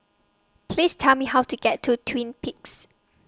Please Tell Me How to get to Twin Peaks